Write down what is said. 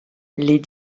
les